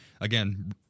Again